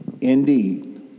indeed